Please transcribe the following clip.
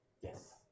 Yes